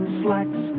slacks